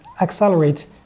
accelerate